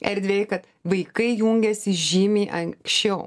erdvėj kad vaikai jungiasi žymiai anksčiau